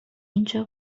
اینجا